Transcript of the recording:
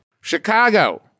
Chicago